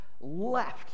Left